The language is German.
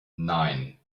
nein